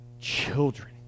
children